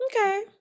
okay